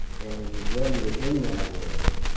and when you are in that world,